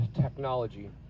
technology